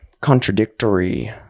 contradictory